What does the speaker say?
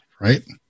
right